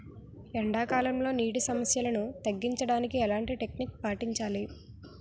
ఎండా కాలంలో, నీటి సమస్యలను తగ్గించడానికి ఎలాంటి టెక్నిక్ పాటించాలి?